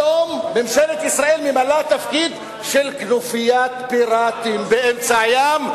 היום ממשלת ישראל ממלאה תפקיד של כנופיית פיראטים באמצע הים,